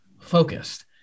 focused